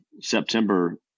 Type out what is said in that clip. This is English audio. September